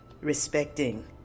respecting